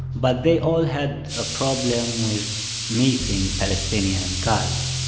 but they all had a problem with meeting palestinian guys.